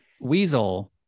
Weasel